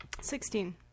Sixteen